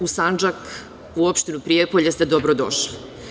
U Sandžak, u opštinu Prijepolje ste dobrodošli.